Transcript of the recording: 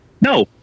No